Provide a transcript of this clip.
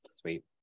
Sweet